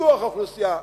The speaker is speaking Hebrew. שיטוח האוכלוסייה?